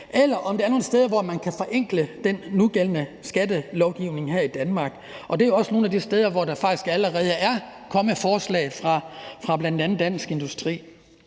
eller om der er nogle steder, hvor man kan forenkle den nugældende skattelovgivning her i Danmark. Og det er også noget af det, der allerede er kommet forslag fra bl.a. Dansk Industri